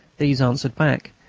these answered back,